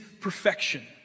perfection